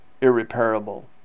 irreparable